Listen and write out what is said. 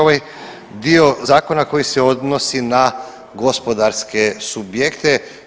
Ovaj dio zakona koji se odnosi na gospodarske subjekte.